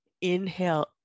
Inhale